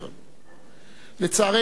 לצערנו, גם כיום,